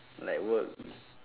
like work